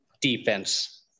defense